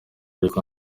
ariko